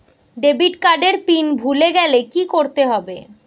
Debit card এর PIN ভুলে গেলে কি করতে হবে?